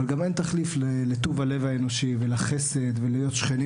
אבל גם אין תחליף לטוב הלב האנושי ולחסד ולהיות שכנים